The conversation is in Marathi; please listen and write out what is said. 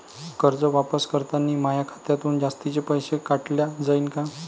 कर्ज वापस करतांनी माया खात्यातून जास्तीचे पैसे काटल्या जाईन का?